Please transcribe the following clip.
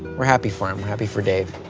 we're happy for him. we're happy for dave.